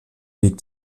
weg